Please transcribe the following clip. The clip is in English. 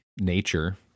nature